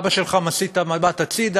אבא שלך מסיט את המבט הצדה,